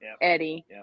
Eddie